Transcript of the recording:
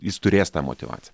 jis turės tą motyvaciją